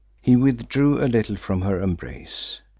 he withdrew a little from her embrace.